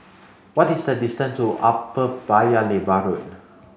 what is the distance to Upper Paya Lebar Road